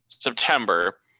September